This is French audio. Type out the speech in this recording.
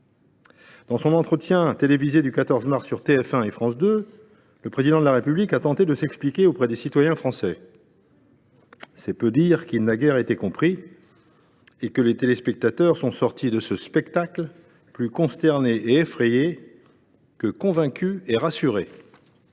Dans son entretien télévisé du 14 mars sur TF1 et France 2, le Président de la République a tenté de s’expliquer auprès des citoyens français. C’est peu dire qu’il n’a guère été compris et que les téléspectateurs sont sortis de ce spectacle plus consternés et effrayés que convaincus et rassurés.